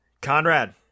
Conrad